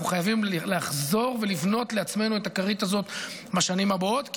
אנחנו חייבים לחזור ולבנות לעצמנו את הכרית הזאת בשנים הבאות,